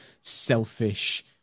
selfish